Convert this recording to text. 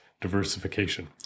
diversification